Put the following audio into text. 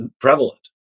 prevalent